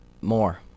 more